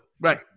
Right